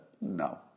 No